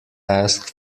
asked